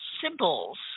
symbols